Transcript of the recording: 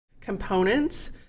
components